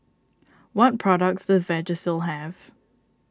what products does Vagisil have